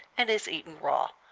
and is eaten raw.